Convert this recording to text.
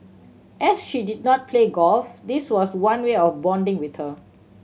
as she did not play golf this was one way of bonding with her